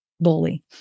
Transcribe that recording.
bully